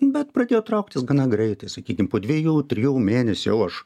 bet pradėjo trauktis gana greitai sakykim po dviejų trijų mėnesių aš